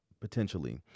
potentially